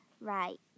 Right